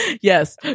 Yes